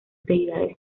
deidades